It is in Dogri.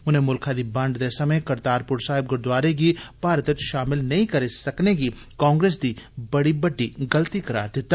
उनें मुलखै दी बंड दे समे करतारपुर साहेब गुरुद्वारे गी भारत च शामल नेई करी सकने गी कांग्रेस दी बड्डी गलती करार दिता